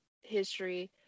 history